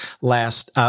last